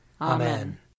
Amen